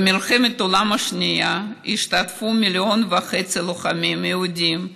במלחמת העולם השנייה השתתפו מיליון וחצי לוחמים יהודים,